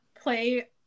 play